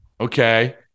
Okay